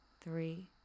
three